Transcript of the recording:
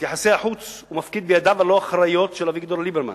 את יחסי החוץ הוא מפקיד בידיו הלא-אחראיות של אביגדור ליברמן,